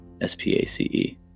S-P-A-C-E